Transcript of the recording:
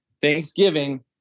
Thanksgiving